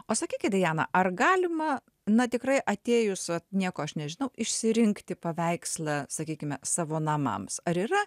o sakykit diana ar galima na tikrai atėjus vat nieko aš nežinau išsirinkti paveikslą sakykime savo namams ar yra